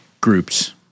groups